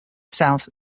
south